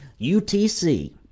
UTC